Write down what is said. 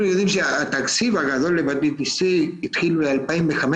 אנחנו יודעים שהתקציב הגדול להפטיטיס C התחיל ב-2015,